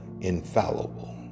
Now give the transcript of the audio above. infallible